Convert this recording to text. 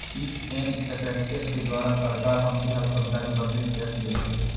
fees and effective के द्वारा सरकार हमसे हर सुविधा के बदले टैक्स लेती है